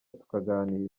tukaganira